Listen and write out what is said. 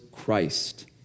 Christ